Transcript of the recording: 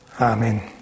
Amen